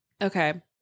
Okay